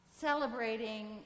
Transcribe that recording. celebrating